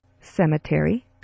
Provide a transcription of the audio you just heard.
Cemetery